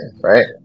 right